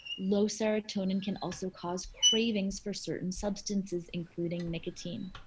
low serotonin can also cause cravings for certain substances including nicotine.